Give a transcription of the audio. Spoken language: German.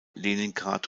leningrad